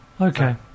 Okay